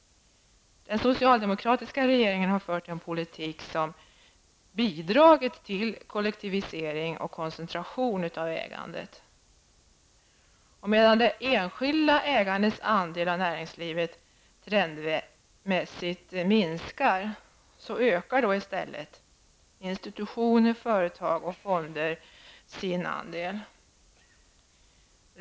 Den socialdemokratiska regeringen har fört en politik som bidragit till kollektivisering och koncentration av ägandet. Medan det enskilda ägandets andel av näringslivet trendmässigt minskar så ökar institutioner, företag och fonder sin del.